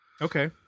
Okay